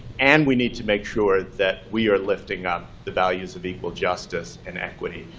and we need to make sure that we are lifting up the values of equal justice and equity,